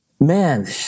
man